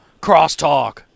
Crosstalk